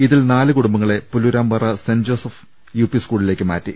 ഇതിൽ നാല് കുടുംബങ്ങളെ Pullurampara saint Joseph U P സ്കൂളിലേക്ക് മാറ്റി